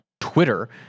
Twitter